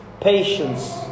patience